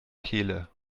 kehle